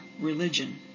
religion